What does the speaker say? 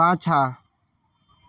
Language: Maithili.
पाछाँ